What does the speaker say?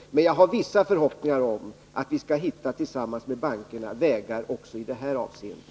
Jag har dock vissa förhoppningar om att vi tillsammans med bankerna skall hitta vägar också i det avseendet.